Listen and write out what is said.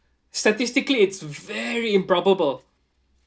statistically it's very improbable